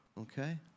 Okay